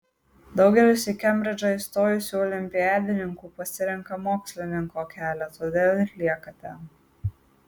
daugelis į kembridžą įstojusių olimpiadininkų pasirenka mokslininko kelią todėl ir lieka ten